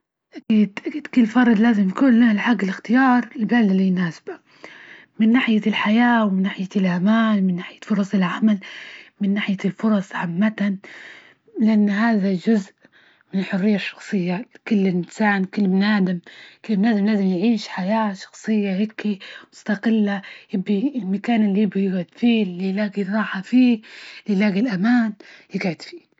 أكيد- أكيد كل فرد لازم يكون له حج الإختيار البلد إللي يناسبه من ناحية الحياة ومن ناحية الأمان، من ناحية فرص العمل من ناحية الفرص عامة، لأن هذا الجزء من الحرية الشخصية، كل إنسان، كل بنى آدم- كل بنى آدم لازم يعيش حياة شخصية هيكي مستقلة، يبي المكان إللي يبى يجعد فيه إللي، اللى يلاجى الراحة فيه، اللى يلاجى الأمان يجعد فيه.